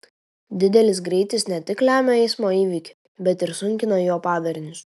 didelis greitis ne tik lemia eismo įvykį bet ir sunkina jo padarinius